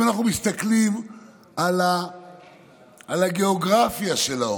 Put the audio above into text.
אם אנחנו מסתכלים על הגיאוגרפיה של העוני,